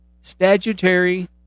statutory